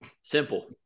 Simple